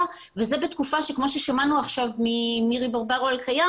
וזה בתקופה כמו ששמענו עכשיו ממירי ברברו אלקיים